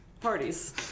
parties